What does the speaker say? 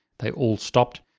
they all stopped.